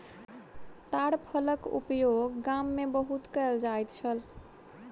ताड़ फलक उपयोग गाम में बहुत कयल जाइत छल